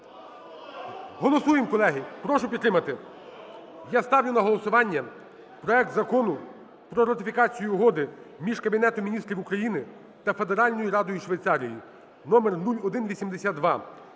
Голосуємо, колеги, прошу підтримати. Я ставлю на голосування проект Закону про ратифікацію Угоди між Кабінетом Міністрів України та Федеральною радою Швейцарії (№ 0182)